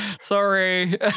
Sorry